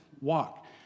walk